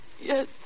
Yes